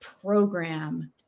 program